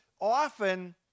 often